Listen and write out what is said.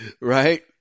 Right